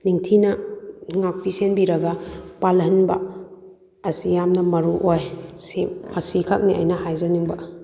ꯅꯤꯡꯊꯤꯅ ꯉꯥꯛꯄꯤ ꯁꯦꯟꯕꯤꯔꯒ ꯄꯥꯜꯍꯟꯕ ꯑꯁꯤ ꯌꯥꯝꯅ ꯃꯔꯨꯑꯣꯏ ꯁꯤ ꯑꯁꯤꯈꯛꯅꯤ ꯑꯩꯅ ꯍꯥꯏꯖꯅꯤꯡꯕ